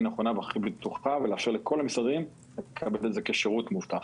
נכונה והכי בטוחה ולאפשר לכל המשרדים לקבל את זה כשירות מאובטח.